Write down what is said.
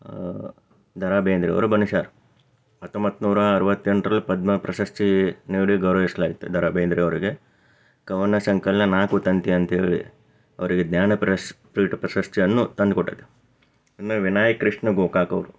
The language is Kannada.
ದ ರಾ ಬೇಂದ್ರೆ ಅವರು ಬಣ್ಣಿಸ್ಯಾರ ಹತ್ತೊಂಬತ್ತ ನೂರ ಅರುವತ್ತ ಎಂಟರಲ್ಲಿ ಪದ್ಮ ಪ್ರಶಸ್ತಿ ನೀಡಿ ಗೌರವಿಸ್ಲಾಗಿತ್ತು ದ ರಾ ಬೇಂದ್ರೆ ಅವರಿಗೆ ಕವನ ಸಂಕಲನ ನಾಕುತಂತಿ ಅಂತ್ಹೇಳಿ ಅವರಿಗೆ ಜ್ಞಾನ ಪ್ರಶ್ ಪೀಠ ಪ್ರಶಸ್ತಿಯನ್ನು ತಂದುಕೊಟ್ಟೈತಿ ಇನ್ನು ವಿನಾಯಕ್ ಕೃಷ್ಣ ಗೋಕಾಕ್ ಅವರು